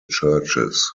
churches